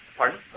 Pardon